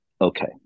okay